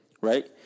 right